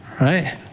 right